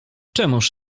czemuż